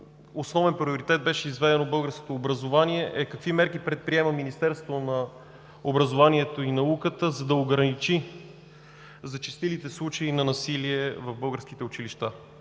основен приоритет беше изведено българското образование. Какви мерки предприема Министерство на образованието и науката, за да ограничи зачестилите случаи на насилие в българските училища?